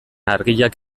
argiak